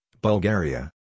Bulgaria